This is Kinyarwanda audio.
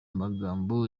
magambo